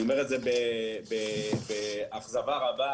אני אומר את זה באכזבה רבה,